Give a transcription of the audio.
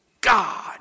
God